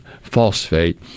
phosphate